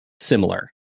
similar